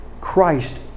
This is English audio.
Christ